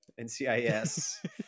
NCIS